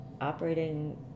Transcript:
operating